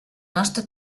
nostra